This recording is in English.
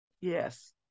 Yes